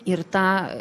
ir tą